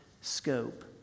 scope